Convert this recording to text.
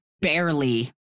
Barely